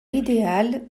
idéal